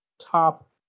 top